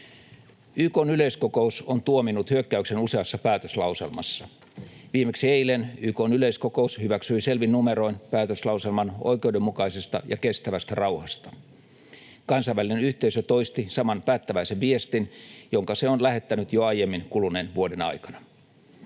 YK:n yleiskokous on tuominnut hyökkäyksen useassa päätöslauselmassa. Viimeksi eilen YK:n yleiskokous hyväksyi selvin numeroin päätöslauselman oikeudenmukaisesta ja kestävästä rauhasta. Kansainvälinen yhteisö toisti saman päättäväisen viestin, jonka se on lähettänyt jo aiemmin kuluneen vuoden aikana.